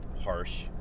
harsh